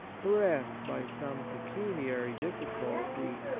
harassed by some pecuniary difficulty,